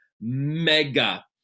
mega